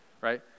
right